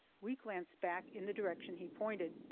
we glanced back in the direction he pointed,